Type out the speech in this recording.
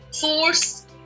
force